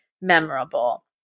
memorable